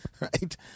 Right